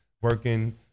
working